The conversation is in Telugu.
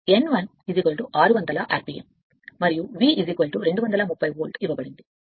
కాబట్టి 30 యాంపియర్ డ్రైవింగ్ n 1 కి 60 600 ఆర్పిఎమ్ మరియు వి 230 వోల్ట్ ఇవ్వబడుతుంది